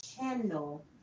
channel